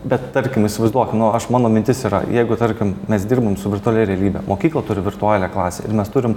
bet tarkim įsivaizduok nu aš mano mintis yra jeigu tarkim mes dirbam su virtualia realybe mokykla turi virtualią klasę ir mes turim